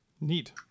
Neat